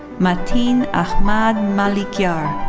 matin ah ahmad malikyar.